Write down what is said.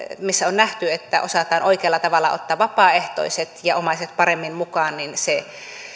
missä on nähty että osataan oikealla tavalla ottaa vapaaehtoiset ja omaiset paremmin mukaan se